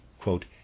quote